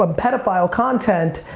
um pedophile content,